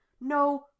No